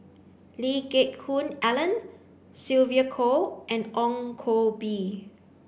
Lee Geck Hoon Ellen Sylvia Kho and Ong Koh Bee